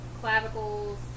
clavicles